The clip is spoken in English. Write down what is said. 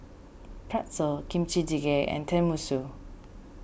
Pretzel Kimchi Jjigae and Tenmusu